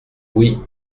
oui